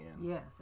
yes